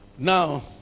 Now